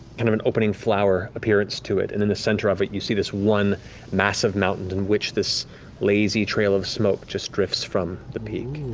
kind of an opening-flower appearance to it. and in the center of it, you see this one massive mountain, in which this lazy trail of smoke just drifts from the peak.